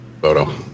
photo